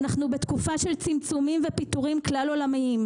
אנחנו בתקופה של צמצומים ופיטורים כלל עולמיים.